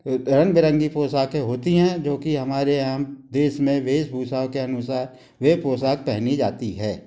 रंग बिरंगी पोशाकें होती हैं जो कि हमारे यहाँ देश में वेशभूषा के अनुसार वह पोशाक पहनी जाती है